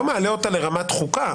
אני לא מעלה אותה לרמת חוקה.